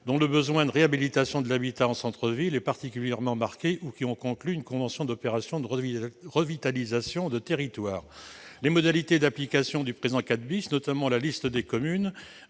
dont le besoin de réhabilitation de l'habitat en centre-ville est particulièrement marqué ou qui ont conclu une convention d'opération de revitalisation de territoire [...]. Les modalités d'application du présent IV , notamment la liste des communes